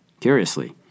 Curiously